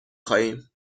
خواهیم